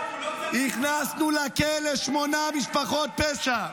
הכנסנו לכלא שמונה משפחות פשע.